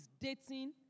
dating